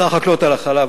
שר החקלאות על החלב,